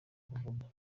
kuvuga